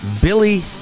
Billy